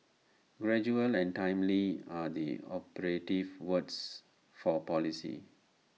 gradual and timely are the operative words for policy